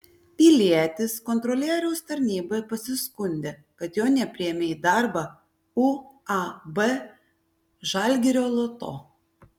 pilietis kontrolieriaus tarnybai pasiskundė kad jo nepriėmė į darbą uab žalgirio loto